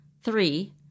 Three